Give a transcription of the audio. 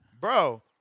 Bro